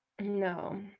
no